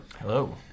Hello